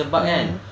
mm